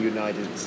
United